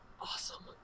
awesome